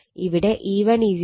ഇവിടെ E1 4500 ആണ്